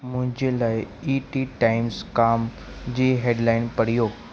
मुंहिंजे लाइ E T Times com जी हैडलाइंस पढ़ियो